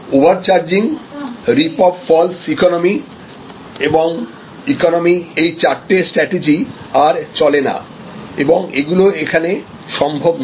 over charging rip off false economy এবং economy এই চারটি স্ট্রাটেজি আর চলে না এবং এগুলো এখানে সম্ভব নয়